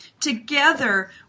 Together